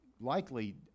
likely